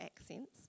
accents